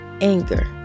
anger